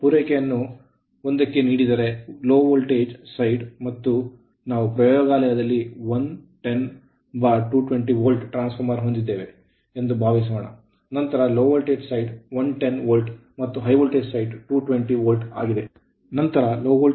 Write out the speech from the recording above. ಪೂರೈಕೆಯನ್ನು 1 ಕ್ಕೆ ನೀಡಿದರೆ low voltage ಕಡಿಮೆ ವೋಲ್ಟೇಜ್ ಸೈಡ್ ಮತ್ತು ನಾವು ಪ್ರಯೋಗಾಲಯದಲ್ಲಿ 110220ವೋಲ್ಟ್ ಟ್ರಾನ್ಸ್ ಫಾರ್ಮರ್ ಹೊಂದಿದ್ದೇವೆ ಎಂದು ಭಾವಿಸೋಣ ನಂತರ ಲೋ ವೋಲ್ಟೇಜ್ ಸೈಡ್ 110 ವೋಲ್ಟ್ ಮತ್ತು ಹೈ ವೋಲ್ಟೇಜ್ ಸೈಡ್ 220ವೋಲ್ಟ್ ಆಗಿದೆ